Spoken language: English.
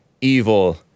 evil